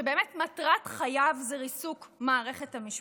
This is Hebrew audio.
שבאמת מטרת חייו היא ריסוק מערכת המשפט,